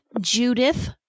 Judith